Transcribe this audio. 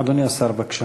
אדוני השר, בבקשה.